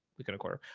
we got a quarter,